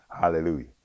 Hallelujah